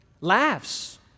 laughs